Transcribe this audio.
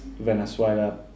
Venezuela